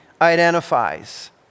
identifies